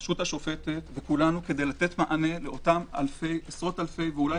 הרשות השופטת וכולנו כדי לתת מענה לאותם עשרות-אלפי ואולי